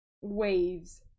waves